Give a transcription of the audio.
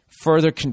further